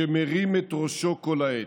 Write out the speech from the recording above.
שמרים את ראשו כל העת.